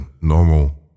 normal